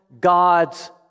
God's